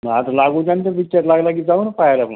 आता लागू द्या ना ते पिक्चर लागला की जाऊ ना पहायला मग